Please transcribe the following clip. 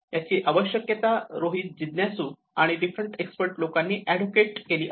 याची आवशक्यता रोहित जिज्ञासू आणि डिफरंट एक्सपर्ट लोकांनी एडवोकेट केली आहे